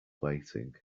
weighting